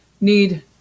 need